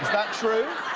that true?